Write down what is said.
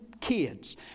kids